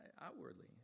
Outwardly